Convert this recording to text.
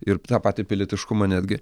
ir tą patį pilietiškumą netgi